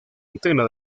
antena